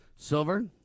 Silver